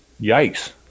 Yikes